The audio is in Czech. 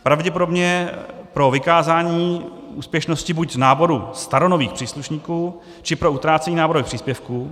Pravděpodobně pro vykázání úspěšnosti buď z náboru staronových příslušníků, či pro utrácení náborových příspěvků.